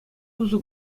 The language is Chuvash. усӑ